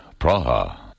Praha